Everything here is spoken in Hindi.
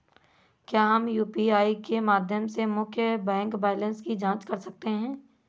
क्या हम यू.पी.आई के माध्यम से मुख्य बैंक बैलेंस की जाँच कर सकते हैं?